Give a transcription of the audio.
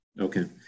Okay